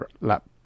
lap